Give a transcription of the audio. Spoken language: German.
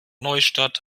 neustadt